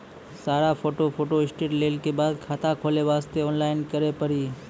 सारा photo photostat लेल के बाद खाता खोले वास्ते ऑनलाइन करिल पड़ी?